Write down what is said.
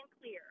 clear